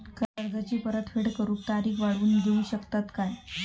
कर्जाची परत फेड करूक तारीख वाढवून देऊ शकतत काय?